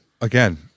again